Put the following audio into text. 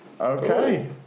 Okay